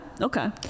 Okay